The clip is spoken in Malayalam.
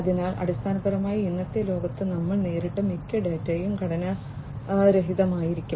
അതിനാൽ അടിസ്ഥാനപരമായി ഇന്നത്തെ ലോകത്ത് നമ്മൾ നേരിട്ട മിക്ക ഡാറ്റയും ഘടനാരഹിതമായിരിക്കും